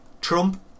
Trump